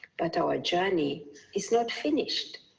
but our journey is not finished.